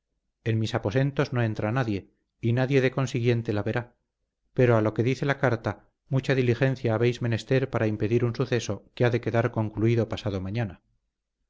en mis aposentos no entra nadie y nadie de consiguiente la verá pero a lo que dice la carta mucha diligencia habéis menester para impedir un suceso que ha de quedar concluido pasado mañana